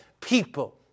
people